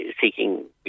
seeking